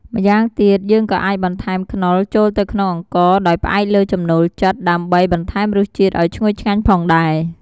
ម្យ៉ាងទៀត យើងក៏អាចបន្ថែមខ្នុរចូលទៅក្នុងអង្ករដោយផ្អែកលើចំណូលចិត្ត ដើម្បីបន្ថែមរសជាតិឱ្យឈ្ងុយឆ្ងាញ់ផងដែរ។